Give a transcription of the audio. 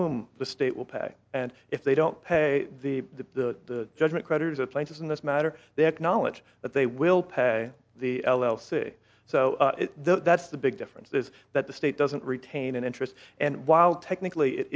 whom the state will pay and if they don't pay the the judgment creditors a plaintiff in this matter they acknowledge that they will pay the l l c so that's the big difference is that the state doesn't retain an interest and while technically it